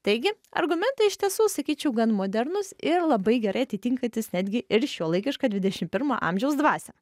taigi argumentai iš tiesų sakyčiau gan modernūs ir labai gerai atitinkantys netgi ir šiuolaikišką dvidešimt pirmo amžiaus dvasią